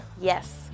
Yes